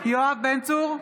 יואב בן צור,